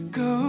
go